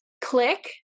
click